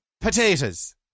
potatoes